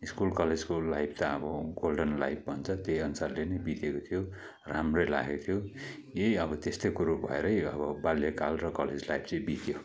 school कलेजको life त अब गोल्डन लाइफ भन्छ त्यही अनुसारले नै बितेको थियो राम्रै लागेको थियो यही अब त्यस्तै कुरो भएरै अब बाल्यकाल र कलेज लाइफ चाहिँ बित्यो